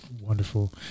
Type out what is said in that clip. wonderful